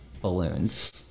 balloons